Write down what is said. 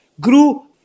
grew